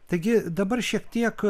taigi dabar šiek tiek